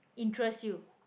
interest you